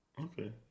Okay